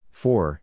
four